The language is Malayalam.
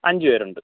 അഞ്ച് പേരുണ്ട്